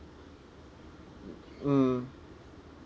mm